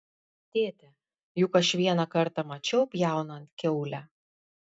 tėte juk aš vieną kartą mačiau pjaunant kiaulę